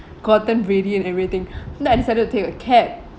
gotten ready and everything then I decided to take a cab